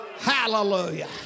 Hallelujah